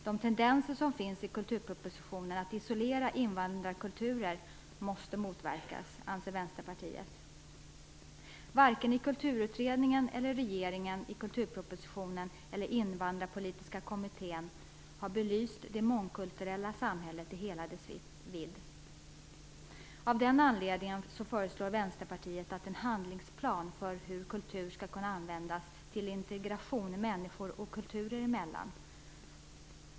De tendenser som finns i kulturpropositionen att isolera invandrarkulturer måste motverkas, anser Vänsterpartiet. Varken i kulturutredningen, regeringen - i kulturpropositionen - eller invandrarpolitiska kommittén har man belyst det mångkulturella samhället i hela dess vidd. Av den anledningen föreslår Vänsterpartiet en handlingsplan för hur kultur skall kunna användas till integration människor och kulturer emellan.